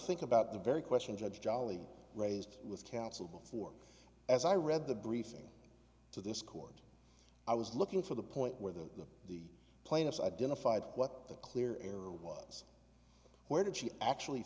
think about the very question judge jolly raised with counsel before as i read the briefing to this court i was looking for the point where the the plaintiffs identified what the clear error was where did she actually